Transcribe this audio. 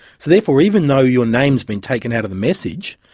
so therefore even though your name has been taken out of the message,